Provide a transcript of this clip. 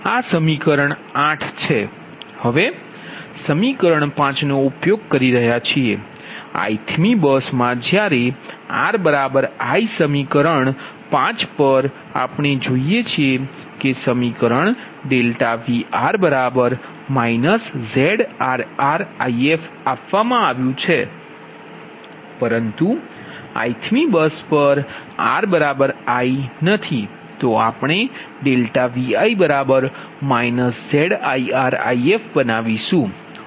આ સમીકરણ 8 છે હવે સમીકરણ 5 નો ઉપયોગ કરી રહ્યા છીએ ith મી બસમાં જ્યારે r i સમીકરણ 5 પર આપણે જોઈએ છીએ કે સમીકરણ Vr ZrrIf આપવામાં આવ્યું છે પરંતુ ith મી બસ પર ri નથી તો આપણે Vi ZirIf બનાવીશુ